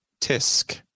Tisk